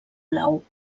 blau